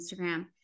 Instagram